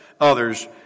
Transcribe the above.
others